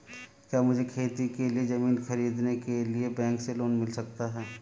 क्या मुझे खेती के लिए ज़मीन खरीदने के लिए बैंक से लोन मिल सकता है?